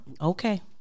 Okay